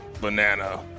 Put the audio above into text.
banana